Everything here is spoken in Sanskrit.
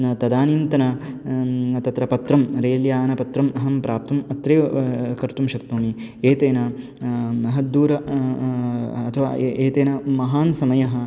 तदानीन्तन तत्र पत्रं रेल् यानपत्रम् अहं प्राप्तुम् अत्रैव कर्तुं शक्नोमि एतेन महद्दूरं अथवा एतेन महान् समयः